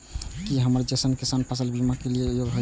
की हमर जैसन छोटा किसान फसल बीमा के लिये योग्य हय?